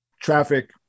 Traffic